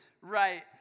right